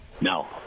No